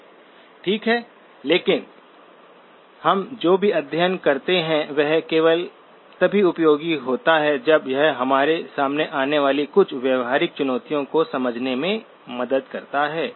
ठीक है लेकिन हम जो भी अध्ययन करते हैं वह केवल तभी उपयोगी होता है जब यह हमारे सामने आने वाली कुछ व्यावहारिक चुनौतियों को समझने में मदद करता है